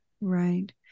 Right